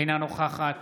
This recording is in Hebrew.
אינה נוכחת